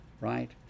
right